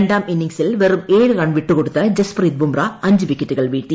രണ്ടാം ഇന്നിംഗ്സിൽ വെറും ഏഴ് റൺ വിട്ടുകൊടുത്ത് ജസ്പ്രീത് ബൂംമ്ര അഞ്ച് വിക്കറ്റുകൾ വീഴ്ത്തി